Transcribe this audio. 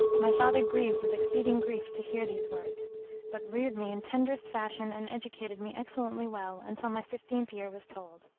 my father grieved with exceeding grief to hear these words but reared me in tenderest fashion and educated me excellently well until my fifteenth year was told.